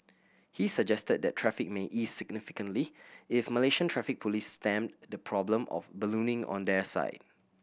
he suggested that traffic may ease significantly if Malaysian Traffic Police stemmed the problem of ballooning on their side